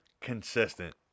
Consistent